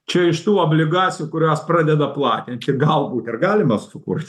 čia iš tų obligacijų kurias pradeda platinti galbūt ir galima sukurt